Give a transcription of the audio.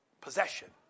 possession